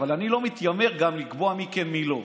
אבל אני לא מתיימר גם לקבוע מי כן, מי לא.